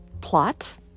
plot